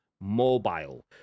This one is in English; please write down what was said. mobile